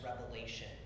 revelation